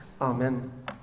Amen